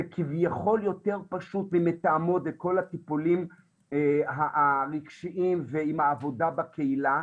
זה כביכול יותר פשוט ממתאמות וכל הטיפולים הרגשיים ועם העבודה בקהילה.